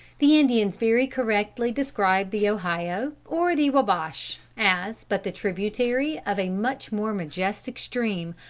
the indians very correctly described the ohio, or the wabash, as but the tributary of a much more majestic stream,